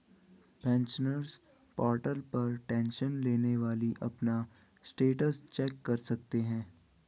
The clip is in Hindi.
पेंशनर्स पोर्टल पर टेंशन लेने वाली अपना स्टेटस चेक कर सकते हैं